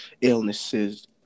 illnesses